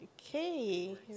Okay